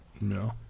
No